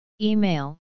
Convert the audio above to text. Email